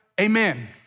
amen